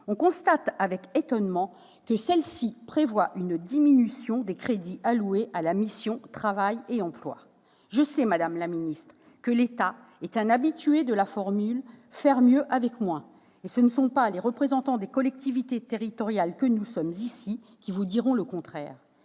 on constate avec étonnement une diminution prévisionnelle des crédits alloués à la mission « Travail et emploi ». Je sais, madame la ministre, que l'État est un habitué de la formule « faire mieux avec moins »; ce ne sont pas les représentants des collectivités territoriales que nous sommes qui vous diront le contraire.